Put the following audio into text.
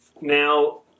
Now